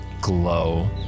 glow